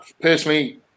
personally